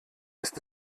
ist